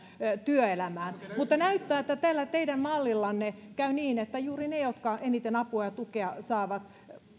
työelämään mutta näyttää että tällä teidän mallillanne käy niin että juuri ne jotka eniten apua ja tukea tarvitsevat